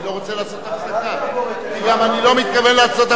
אני לא רוצה לעשות הפסקה כי גם אני לא מתכוון לעשות הפסקה.